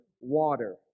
water